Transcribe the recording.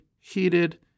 heated